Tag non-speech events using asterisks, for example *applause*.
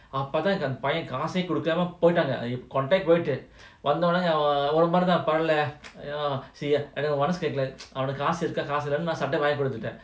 அப்போதான்அந்தபையன்காசேகொடுக்காமபோய்ட்டாங்க:apothan andha paiyan kaase kodukama poitanga *noise* மனசுகேக்கலைஅவன்கிட்டகாசுஇருக்காஇல்லையானுகேக்காமசட்டவாங்கிகொடுத்துட்டேன்:manasu ketkala avankita kaasu irukka illayanu ketkama satta vangi koduthuten